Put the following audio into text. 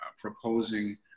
proposing